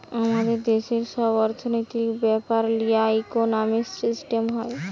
আমাদের দেশের সব অর্থনৈতিক বেপার লিয়ে ইকোনোমিক সিস্টেম হয়